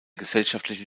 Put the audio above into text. gesellschaftlichen